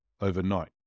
overnight